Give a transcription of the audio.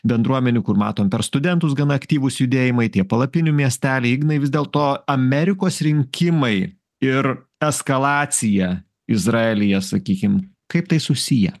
bendruomenių kur matom per studentus gana aktyvūs judėjimai tie palapinių miesteliai ignai vis dėlto amerikos rinkimai ir eskalacija izraelyje sakykim kaip tai susiję